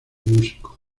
músico